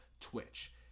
twitch